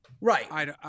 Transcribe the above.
Right